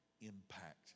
impact